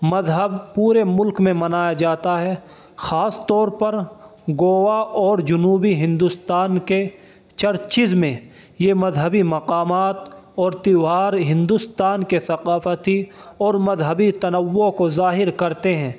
مذہب پورے ملک میں منایا جاتا ہے خاص طور پر گوا اور جنوبی ہندوستان کے چرچز میں یہ مذہبی مقامات اور تیوہار ہندوستان کے ثقافتی اور مذہبی تنوع کو ظاہر کرتے ہیں